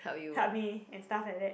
help me and stuff like that